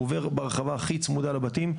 הוא עובר ברחבה הכי צמודה לבתים.